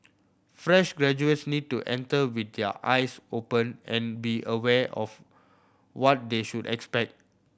fresh graduates need to enter with their eyes open and be aware of what they should expect